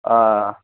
آ